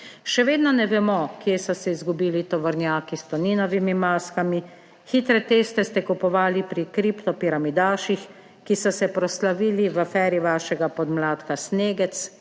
Še vedno ne vemo, kje so se izgubili tovornjaki s Toninovimi maskami. Hitre teste ste kupovali pri kriptopiramidaših, ki so se proslavili v aferi vašega podmladka snegec